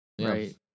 Right